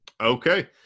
Okay